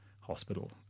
hospital